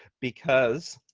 because